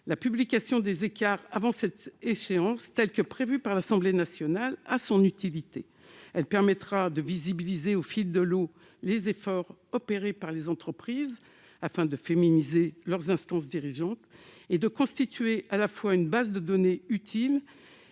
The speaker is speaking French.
la publication des écarts avant cette échéance prévue par l'Assemblée nationale a toute son utilité. Elle permettra de visibiliser « au fil de l'eau » les efforts opérés par les entreprises afin de féminiser leurs instances dirigeantes, et de constituer à la fois une base de données utile